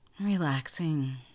relaxing